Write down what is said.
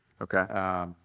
Okay